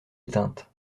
éteinte